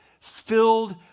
filled